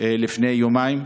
לפני יומיים.